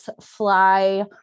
fly